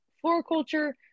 Floriculture